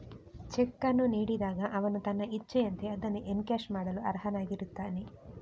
check ಅನ್ನು ನೀಡಿದಾಗ ಅವನು ತನ್ನ ಇಚ್ಛೆಯಂತೆ ಅದನ್ನು ಎನ್ಕ್ಯಾಶ್ ಮಾಡಲು ಅರ್ಹನಾಗಿರುತ್ತಾನೆ